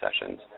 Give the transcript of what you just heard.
sessions